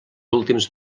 últims